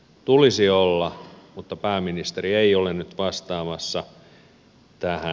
tulisi olla mutta pääministeri ei ole nyt vastaamassa tähän